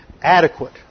adequate